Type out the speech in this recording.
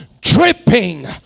dripping